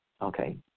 okay